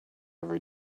every